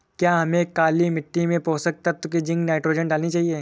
क्या हमें काली मिट्टी में पोषक तत्व की जिंक नाइट्रोजन डालनी चाहिए?